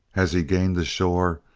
as he gained the shore,